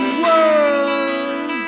world